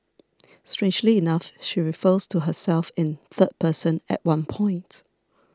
strangely enough she refers to herself in third person at one point